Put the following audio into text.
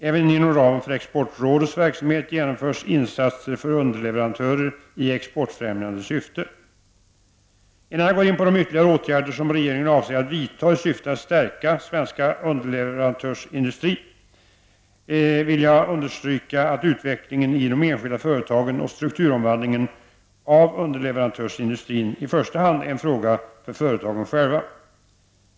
Även inom ramen för Exportrådets verksamhet genomförs insatser för underleverantörer i exportfrämjande syfte. Innan jag går in på de ytterligare åtgärder som regeringen avser att vidta i syfte att stärka svensk underleverantörsindustri, vill jag understryka att utvecklingen i de enskilda företagen och strukturomvandlingen av underleverantörsindustrin i första hand är en fråga för företagen själva.